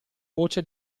voce